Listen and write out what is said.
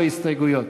ללא הסתייגויות.